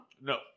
No